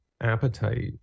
appetite